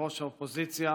ראש האופוזיציה